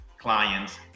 clients